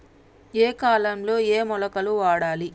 ఏయే కాలంలో ఏయే మొలకలు వాడాలి?